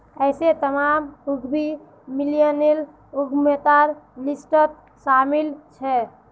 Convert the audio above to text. ऐसे तमाम उद्यमी मिल्लेनियल उद्यमितार लिस्टत शामिल छे